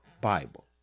Bible